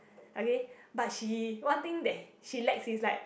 okay but she one thing that she lack is like